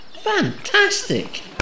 Fantastic